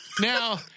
Now